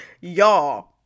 Y'all